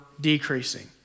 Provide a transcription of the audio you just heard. decreasing